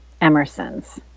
Emerson's